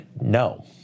no